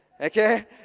okay